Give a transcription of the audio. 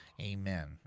Amen